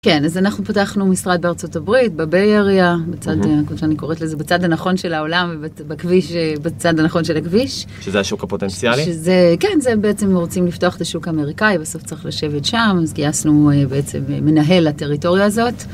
כן, אז אנחנו פתחנו משרד בארצות הברית, ב Bay Area, בצד, כמו שאני קוראת לזה, בצד הנכון של העולם, בכביש, בצד הנכון של הכביש... שזה, - שזה השוק הפוטנציאלי? כן, זה בעצם, רוצים לפתוח את השוק האמריקאי, בסוף צריך לשבת שם, אז גייסנו בעצם מנהל לטריטוריה הזאת